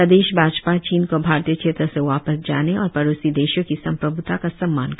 प्रदेश भाजपा चीन को भारतीय क्षेत्र से वापस जाने और पड़ोसी देशों की संप्रभ्ता का सम्मान करने को कहा